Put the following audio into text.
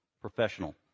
professional